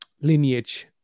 lineage